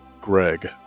Greg